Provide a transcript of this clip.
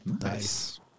Nice